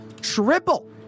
Triple